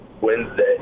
Wednesday